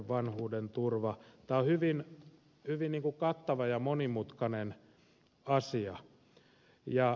tämä on hyvin kattava ja monimutkainen asia